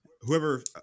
Whoever